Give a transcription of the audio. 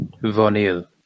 Vonil